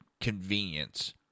Convenience